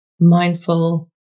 mindful